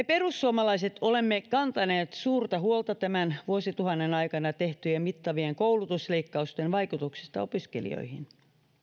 perussuomalaiset olemme kantaneet suurta huolta tämän vuosituhannen aikana tehtyjen mittavien koulutusleikkausten vaikutuksista opiskelijoihin